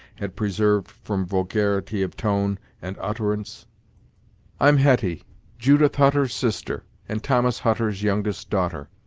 had preserved from vulgarity of tone and utterance i'm hetty judith hutter's sister and thomas hutter's youngest daughter.